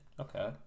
Okay